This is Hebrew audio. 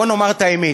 בואו נאמר את האמת,